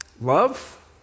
love